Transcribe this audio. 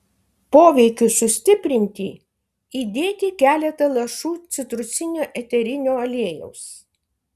poveikiui sustiprinti įdėti keletą lašų citrusinio eterinio aliejaus